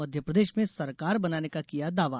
मध्यप्रदेश में सरकार बनाने का किया दावा